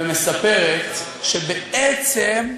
ומספרת שבעצם,